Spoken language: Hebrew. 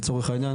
לצורך העניין,